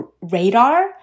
radar